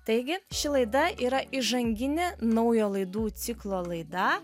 taigi ši laida yra įžanginė naujo laidų ciklo laida